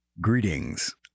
Greetings